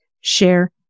share